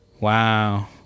Wow